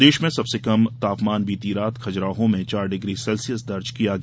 प्रदेश में सबसे कम तापमान बीती रात खजुराहो में चार डिग्री सेल्सियस दर्ज किया गया